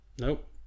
Nope